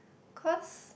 cause